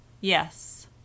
Yes